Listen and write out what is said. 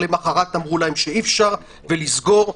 למחרת אמרו להם שאי-אפשר ולסגור.